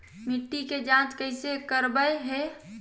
मिट्टी के जांच कैसे करावय है?